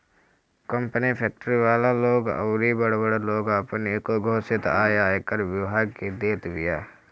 company, factory वाला लोग अउरी बड़ बड़ लोग आपन एगो घोषित आय आयकर विभाग के देत बिया